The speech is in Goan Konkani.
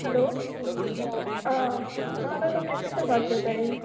हॅलो हॅलो तुम केस केसो भाजी दोताय